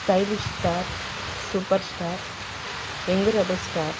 stylish star super star young rebel star